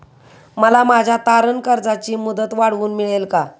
मला माझ्या तारण कर्जाची मुदत वाढवून मिळेल का?